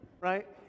right